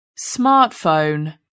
smartphone